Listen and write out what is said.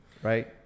Right